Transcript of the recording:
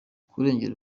kurengera